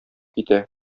китә